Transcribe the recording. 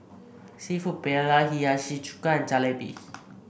seafood Paella Hiyashi Chuka and Jalebi